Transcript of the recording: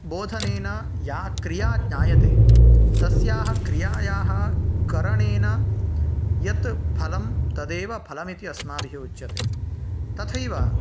बोधनेन या क्रिया ज्ञायते तस्याः क्रियायाः करणेन यत् फलं तदेव फलमिति अस्माभिः उच्यते तथैव